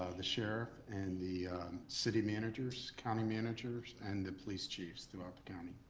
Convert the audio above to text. ah the sheriff, and the city managers, county managers, and the police chiefs throughout the county.